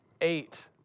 eight